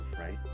right